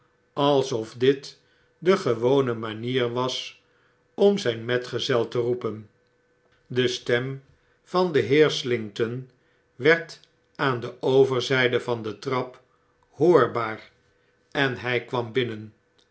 also dit de gewone manier was om zyn metgezel te roepen de stem van den heer slinkton werd aan de overzyde van de trap hoorbaar en hij kwam binnen